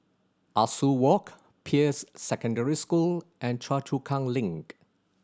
Ah Soo Walk Peirce Secondary School and Choa Chu Kang Link